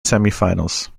semifinals